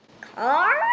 Car